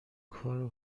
کار